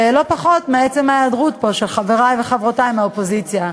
לא פחות מעצם ההיעדרות פה של חברי וחברותי מהאופוזיציה.